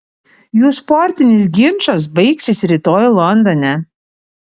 jų sportinis ginčas baigsis rytoj londone